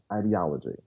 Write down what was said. ideology